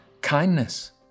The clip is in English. kindness